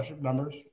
numbers